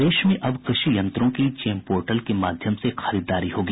प्रदेश में अब कृषि यंत्रों की जेम पोर्टल के माध्यम से खरीददारी होगी